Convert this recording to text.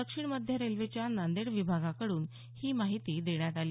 दक्षिण मध्य रेल्वेच्या नांदेड विभागाकडून ही माहिती देण्यात आली